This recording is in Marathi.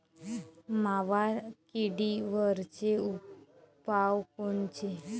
मावा किडीवरचे उपाव कोनचे?